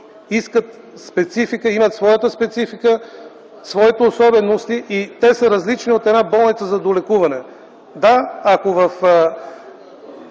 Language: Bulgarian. персоналът имат своята специфика, своите особености. Те са различни от една болница за долекуване. Да, ако в